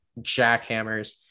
jackhammers